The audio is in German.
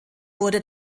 wurde